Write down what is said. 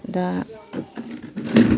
दा